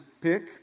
pick